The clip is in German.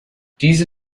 diese